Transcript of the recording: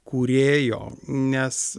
kūrėjo nes